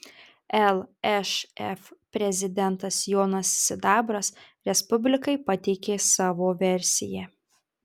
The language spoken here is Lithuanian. lšf prezidentas jonas sidabras respublikai pateikė savo versiją